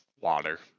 water